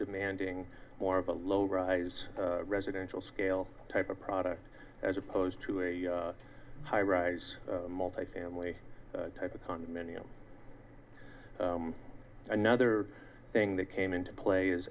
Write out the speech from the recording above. demanding more of a low rise residential scale type of product as opposed to a highrise multifamily type of condominium another thing that came into play